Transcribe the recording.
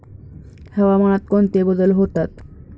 हवामानात कोणते बदल होतात?